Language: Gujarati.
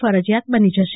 ફરજીયાત બની જશે